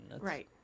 Right